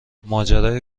ماجرای